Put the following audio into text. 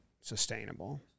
sustainable